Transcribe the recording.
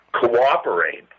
cooperate